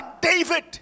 David